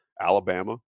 Alabama